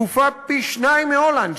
צפופה פי-שניים מהולנד,